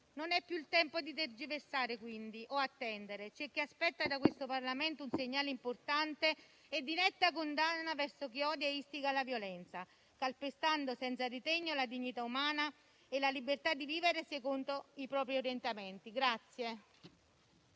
Non è più il tempo di tergiversare o attendere, quindi, in quanto c'è chi aspetta da questo Parlamento un segnale importante e di netta condanna verso chi odia e istiga alla violenza, calpestando senza ritegno la dignità umana e la libertà di vivere secondo i propri orientamenti.